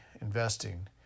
Investing